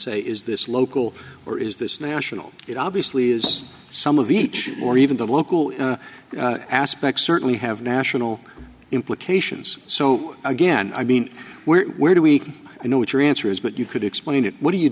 say is this local or is this national it obviously is some of each or even the local aspect certainly have national implications so again i mean we where do we know what your answer is but you could explain it what do you